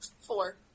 Four